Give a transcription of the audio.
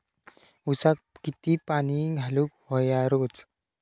ऊसाक किती पाणी घालूक व्हया रोज?